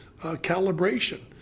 calibration